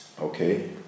okay